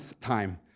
time